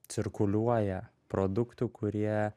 cirkuliuoja produktų kurie